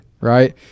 right